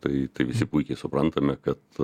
tai visi puikiai suprantame kad